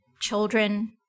children